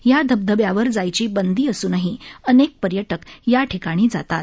या धबधब्यावर जायची बंदी असूनही अनेक पर्यटक या ठिकाणी जातात